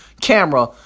camera